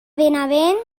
benavent